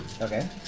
Okay